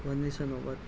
انیس سو نوے